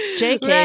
jk